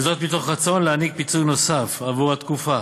וזאת מתוך רצון להעניק פיצוי נוסף עבור התקופה